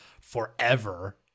forever